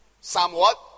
Somewhat